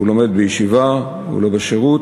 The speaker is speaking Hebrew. הוא לומד בישיבה, הוא לא בשירות,